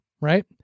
right